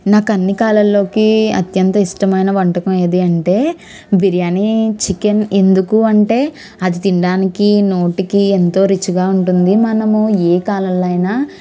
నాకు అన్ని కళల్లోకి అత్యంత ఇష్టమైన వంటకం ఏది అంటే బిర్యాని చికెన్ ఎందుకు అంటే అది తినడానికి నోటికి ఎంతో రుచిగా ఉంటుంది మనము ఏ కాలంలోనైనా